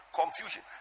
confusion